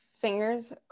fingers